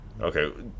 Okay